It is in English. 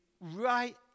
right